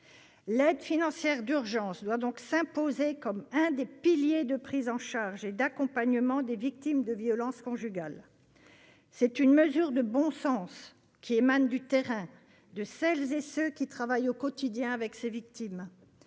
L'aide financière d'urgence doit donc s'imposer comme l'un des piliers de la prise en charge et de l'accompagnement des victimes de violences conjugales. C'est une mesure de bon sens, qui émane du terrain, de celles et ceux qui travaillent au quotidien avec ces victimes